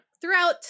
throughout